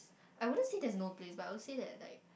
I wouldn't say there's no place but I would say that like